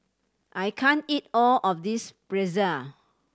I can't eat all of this Pretzel